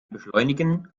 beschleunigen